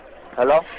Hello